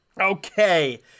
Okay